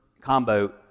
combo